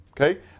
Okay